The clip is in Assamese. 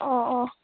অঁ অঁ